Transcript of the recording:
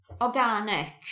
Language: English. organic